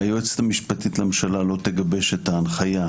-- היועצת המשפטית לממשלה לא תגבש אתה ההנחיה,